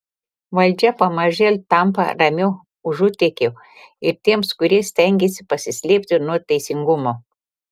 valdžia pamažėl tampa ramiu užutėkiu ir tiems kurie stengiasi pasislėpti nuo teisingumo